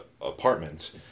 apartment